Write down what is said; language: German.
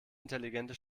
intelligente